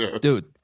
dude